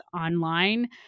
online